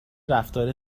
رفتار